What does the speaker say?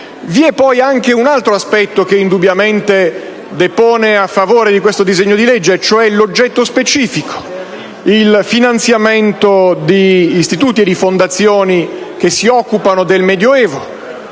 Vi è poi un altro aspetto che depone a favore di questo disegno di legge, vale a dire l'oggetto specifico, il finanziamento di istituti e di fondazioni che si occupano del Medioevo;